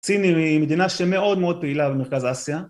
סין היא מ... מדינה שמאוד מאוד פעילה במרכז אסיה,